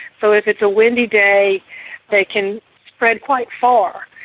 so if it's a windy day they can spread quite far.